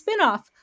spinoff